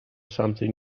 something